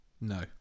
no